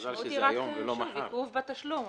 יש מזל שזה היום ולא מחר, היה יורד גשם.